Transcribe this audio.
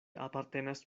apartenas